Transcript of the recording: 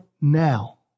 now